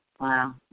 Wow